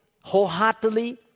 wholeheartedly